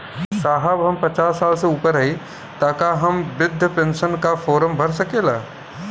साहब हम पचास साल से ऊपर हई ताका हम बृध पेंसन का फोरम भर सकेला?